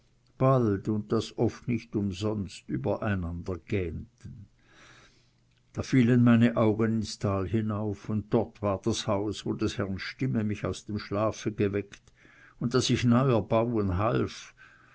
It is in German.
bald und das oft nicht umsonst über einander gähnten da fielen meine augen ins tal hinauf dort war das haus wo des herrn stimme mich aus dem schlafe geweckt und das ich neu erbauen half